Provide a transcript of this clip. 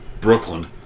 Brooklyn